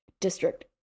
district